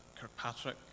Kirkpatrick